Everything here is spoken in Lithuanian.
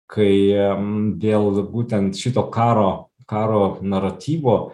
kai dėl būtent šito karo karo naratyvo